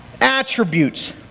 attributes